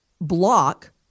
block